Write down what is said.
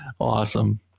Awesome